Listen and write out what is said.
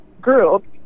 group